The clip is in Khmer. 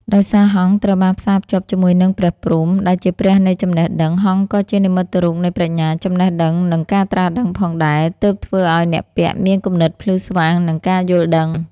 ដោយសារហង្សត្រូវបានផ្សារភ្ជាប់ជាមួយនឹងព្រះព្រហ្ម ដែលជាព្រះនៃចំណេះដឹង ហង្សក៏ជានិមិត្តរូបនៃ ប្រាជ្ញា ចំណេះដឹង និង ការត្រាស់ដឹង ផងដែរ ទើបធ្វើឲ្យអ្នកពាក់មានគំនិតភ្លឺស្វាង និងការយល់ដឹង។